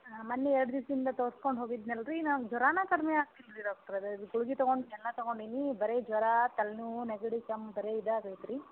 ಹಾಂ ಮನ್ನೆ ಎರಡು ದಿವ್ಸದ ಹಿಂದೆ ತೋರ್ಸ್ಕೊಂಡು ಹೋಗಿದ್ನಲ್ಲ ರೀ ನಾವು ಜ್ವರಾನೆ ಕಡ್ಮೆ ಆಗ್ತಿಲ್ಲ ರೀ ಡಾಕ್ಟ್ರರೇ ಇದು ಗುಳ್ಗೆ ತಗೊಂಡು ಎಲ್ಲ ತಗೊಂಡೇನಿ ಬರೇ ಜ್ವರ ತಲೆನೋವು ನೆಗಡಿ ಕೆಮ್ಮು ಬರೇ ಇದೇ ಆಗೈತೆ ರೀ